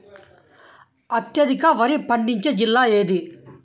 అత్యధికంగా వరి పండించే జిల్లా ఏది?